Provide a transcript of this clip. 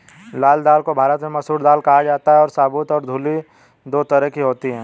लाल दाल को भारत में मसूर दाल कहा जाता है और साबूत और धुली दो तरह की होती है